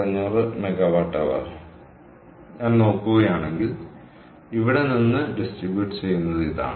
അതിനാൽ ഞാൻ നോക്കുകയാണെങ്കിൽ ഇവിടെ നിന്ന് വിതരണം ചെയ്യുന്നത് ഇതാണ്